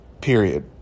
Period